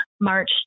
March